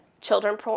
children